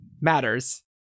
matters